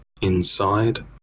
inside